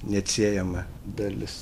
neatsiejama dalis